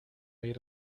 made